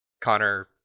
Connor